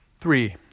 Three